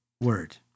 Word